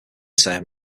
term